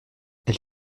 elle